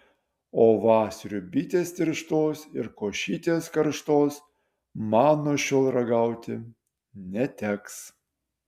o va sriubytės tirštos ir košytės karštos man nuo šiol ragauti neteks